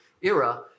era